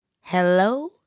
Hello